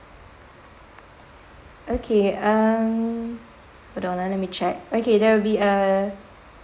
okay um hold on ah let me check okay there will be a